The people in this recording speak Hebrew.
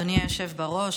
אדוני היושב בראש,